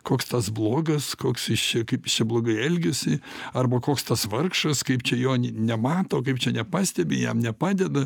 koks tas blogas koks jis čia kaip jis čia blogai elgiasi arba koks tas vargšas kaip čia jo nemato kaip čia nepastebi jam nepadeda